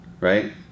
right